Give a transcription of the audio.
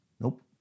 Nope